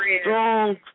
strong